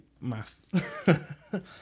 math